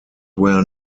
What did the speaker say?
where